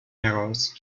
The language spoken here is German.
heraus